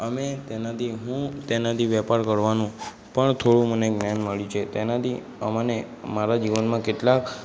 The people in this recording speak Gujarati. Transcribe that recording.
અમે તેનાથી હું તેનાથી વેપાર કરવાનું પણ થોડું મને જ્ઞાન મળ્યું છે તેનાથી મને મારા જીવનમાં કેટલાક